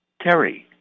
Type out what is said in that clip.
Terry